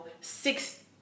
six